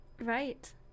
Right